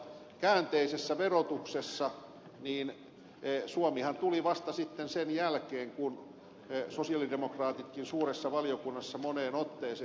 nyt esimerkiksi tässä käänteisessä verotuksessa vasta viime aikoina sen jälkeen kun sosialidemokraatitkin suuressa valiokunnassa moneen otteeseen ed